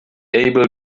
able